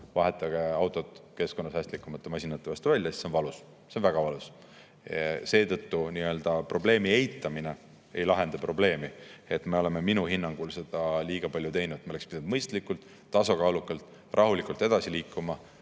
vahetage autod keskkonnasäästlikumate masinate vastu välja", siis see on valus. See on väga valus. Probleemi eitamine ei lahenda probleemi. Me oleme minu hinnangul seda liiga palju teinud. Me oleks pidanud mõistlikult, tasakaalukalt, rahulikult edasi liikuma.